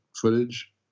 footage